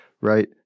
right